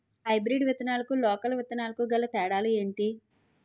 Hybrid విత్తనాలకు local విత్తనాలకు గల తేడాలు ఏంటి?